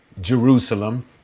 jerusalem